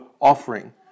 offering